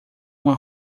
uma